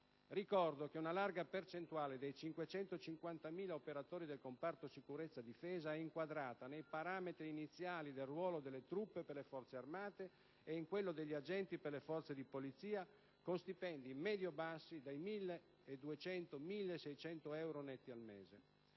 Ricordo che una larga percentuale dei 550.000 operatori del comparto sicurezza e difesa è inquadrata nei parametri iniziali del ruolo delle truppe (per le Forze armate) e in quello degli agenti (per le Forze di polizia), con stipendi medio-bassi, dai 1.200 ai 1.600 euro netti al mese.